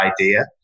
idea